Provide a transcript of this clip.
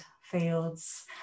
fields